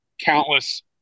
countless